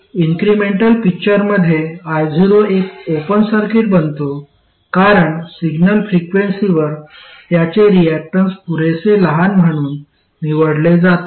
incremental पिक्चरमध्ये Io एक open circuit बनतो कारण सिग्नल फ्रिक्वेन्सीवर त्याचे रियाक्टन्स पुरेसे लहान म्हणून निवडले जाते